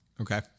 Okay